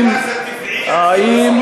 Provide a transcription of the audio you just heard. מתי הגז הטבעי,